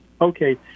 Okay